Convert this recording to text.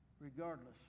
regardless